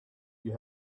you